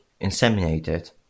inseminated